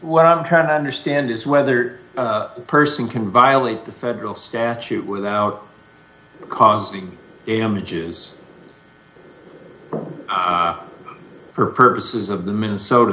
what i'm trying to understand is whether a person can violate the federal statute without conking images for purposes of the minnesota